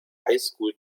highschool